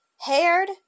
haired